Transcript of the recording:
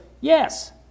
yes